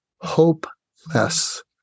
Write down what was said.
hopeless